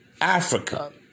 Africa